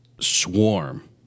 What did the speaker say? swarm